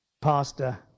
pastor